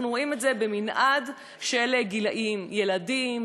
אנחנו רואים את זה במנעד של גילאים: ילדים,